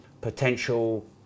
potential